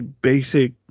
basic